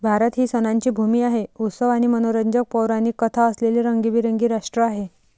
भारत ही सणांची भूमी आहे, उत्सव आणि मनोरंजक पौराणिक कथा असलेले रंगीबेरंगी राष्ट्र आहे